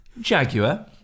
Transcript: Jaguar